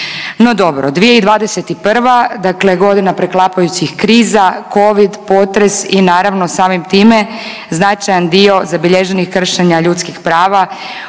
No dobro 2021. dakle godina preklapajućih kriza, covid, potres i naravno samim time značajan dio zabilježenih kršenja ljudskih prava